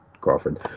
Crawford